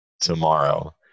tomorrow